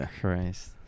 Christ